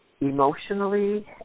emotionally